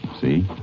See